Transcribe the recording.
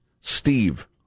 Steve